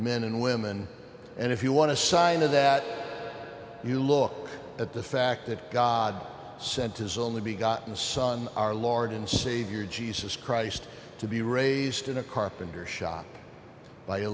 men and women and if you want to sign of that you look at the fact that god sent his only begotten son our lord and savior jesus christ to be raised in a carpenter shop by a